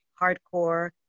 hardcore